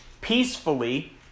peacefully